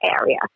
area